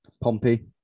Pompey